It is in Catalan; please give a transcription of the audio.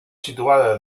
situada